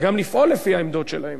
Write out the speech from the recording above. וגם לפעול לפי העמדות שלהן.